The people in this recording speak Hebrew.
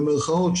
במרכאות,